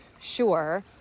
Sure